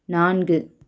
நான்கு